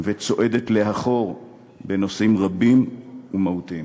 וצועדת לאחור בנושאים רבים ומהותיים,